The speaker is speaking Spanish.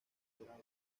adoptado